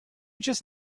just